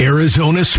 Arizona